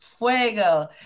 Fuego